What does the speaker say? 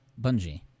bungie